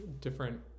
different